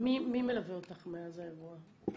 מי מלווה אותך מאז האירוע?